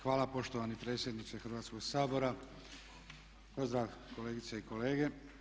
Hvala poštovani predsjedniče Hrvatskog sabora, pozdrav kolegice i kolege.